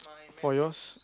for yours